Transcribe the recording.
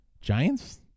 Giants